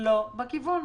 לא בכיוון.